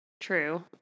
True